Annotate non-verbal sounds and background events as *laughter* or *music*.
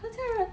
*noise*